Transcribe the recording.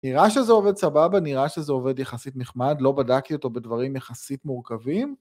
נראה שזה עובד סבבה, נראה שזה עובד יחסית נחמד, לא בדקתי אותו בדברים יחסית מורכבים.